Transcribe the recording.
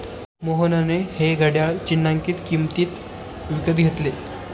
मोहनने हे घड्याळ चिन्हांकित किंमतीत विकत घेतले